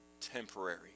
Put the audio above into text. temporary